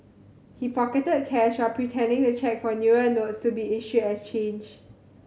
he pocketed cash while pretending to check for newer notes to be issued as change